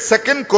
Second